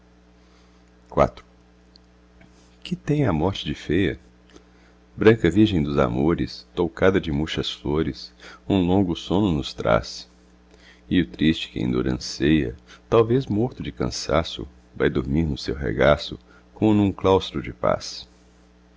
teu que tem a morte de feia branca virgem dos amores toucada de murchas flores um longo sono nos traz e o triste que em dor anseia talvez morto de cansaço vai dormir no seu regaço como num claustro de paz